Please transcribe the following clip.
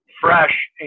fresh